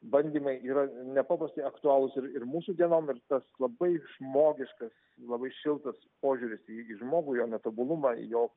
bandymai yra nepaprastai aktualūs ir ir mūsų dienom ir tas labai žmogiškas labai šiltas požiūris į į žmogų jo netobulumą jo